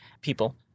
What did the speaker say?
people